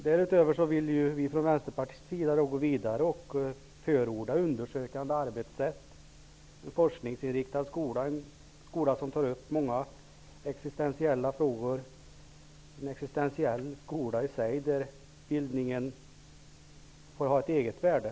Därutöver vill vi från Vänsterpartiet gå vidare och förorda undersökande arbetssätt, en forskningsinriktad skola som tar upp många existensiella frågor. Det skall i sig vara en existensiell skola där bildningen får ha ett eget värde.